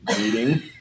meeting